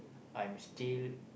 I'm still